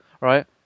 Right